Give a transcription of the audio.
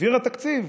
העבירה תקציב.